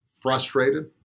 frustrated